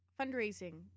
fundraising